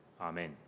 Amen